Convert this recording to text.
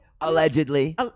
Allegedly